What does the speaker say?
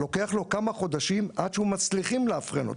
לוקח כמה חודשים עד שמצליחים לאבחן אותו,